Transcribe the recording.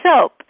soap